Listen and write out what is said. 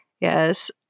Yes